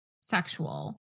sexual